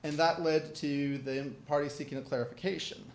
and that led to the party seeking a clarification